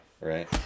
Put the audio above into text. right